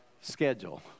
schedule